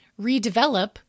redevelop